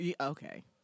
okay